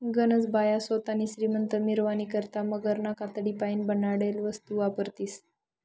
गनज बाया सोतानी श्रीमंती मिरावानी करता मगरना कातडीपाईन बनाडेल वस्तू वापरतीस